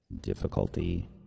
Difficulty